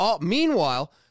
Meanwhile